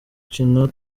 gukina